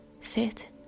Sit